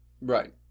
Right